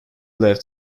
left